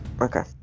Okay